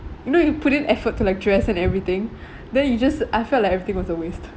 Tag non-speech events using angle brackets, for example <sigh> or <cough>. you know you put in effort to dress and everything <breath> then you just I felt like everything was a waste